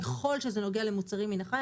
ככל שזה נוגע למוצרים מן החי,